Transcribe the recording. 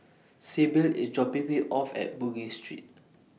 Sibyl IS dropping Me off At Bugis Street